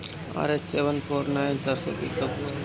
RH seven four nine सरसो के कब बुआई होई?